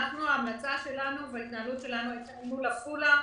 ההמלצה שלנו וההתנהלות שלנו הייתה אל מול עפולה.